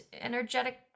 energetic